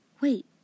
Wait